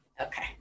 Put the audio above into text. okay